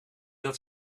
dat